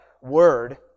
Word